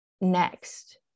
next